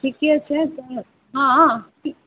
ठीके छै हँ ठीक